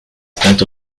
start